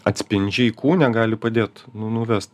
atspindžiai kūne gali padėt nu nuvest